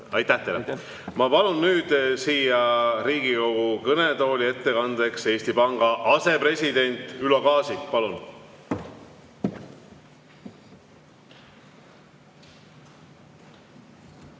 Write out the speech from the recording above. Aitäh teile! Ma palun Riigikogu kõnetooli ettekandeks Eesti Panga asepresidendi Ülo Kaasiku. Palun!